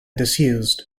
disused